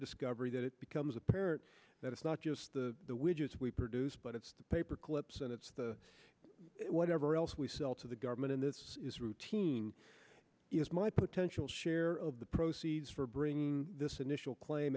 discovery that it becomes apparent that it's not just the widgets we produce but it's the paper clips and it's whatever else we sell to the government and this is routine my potential share of the proceeds for bringing this initial claim